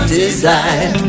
design